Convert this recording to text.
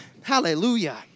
hallelujah